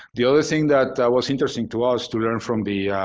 the other thing that was interesting to us to learn from the